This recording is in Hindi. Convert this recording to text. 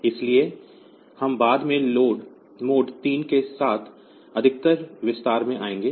इसलिए हम बाद में मोड 3 के साथ अधिक विस्तार से आएंगे